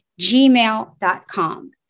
gmail.com